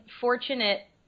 fortunate